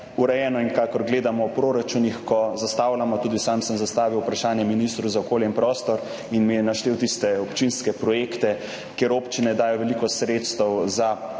urejeno in kakor gledamo v proračunih, ko zastavljamo – tudi sam sem zastavil vprašanje ministru za okolje in prostor in mi je naštel tiste občinske projekte, kjer občine dajo veliko sredstev za dostop